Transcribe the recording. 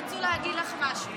רצו להגיד לך משהו.